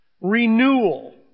renewal